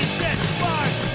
despise